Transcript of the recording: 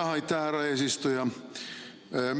Aitäh, härra eesistuja!